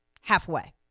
Halfway